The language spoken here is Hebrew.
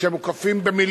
כשהם מוקפים במיליונים